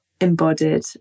embodied